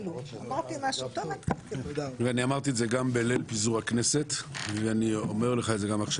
אמרתי זאת בליל פיזור הכנסת, ואני אומר גם עכשיו.